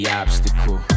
obstacle